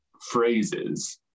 phrases